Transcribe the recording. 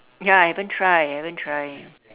ya I haven't try haven't try